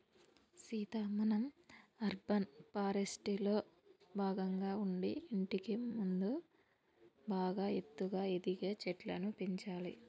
సీత మనం అర్బన్ ఫారెస్ట్రీలో భాగంగా ఉండి ఇంటికి ముందు బాగా ఎత్తుగా ఎదిగే చెట్లను పెంచాలి